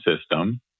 system